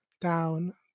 down